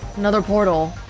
another portal